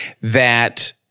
that-